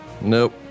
nope